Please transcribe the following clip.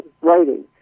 writing